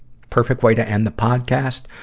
perfect way to end the podcast.